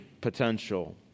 potential